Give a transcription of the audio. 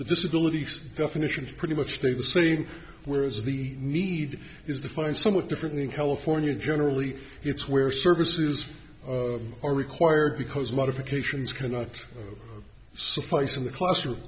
the disability definition pretty much stayed the same where as the need is the find somewhat differently in california generally it's where services are required because modifications cannot suffice in the classroom